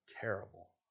terrible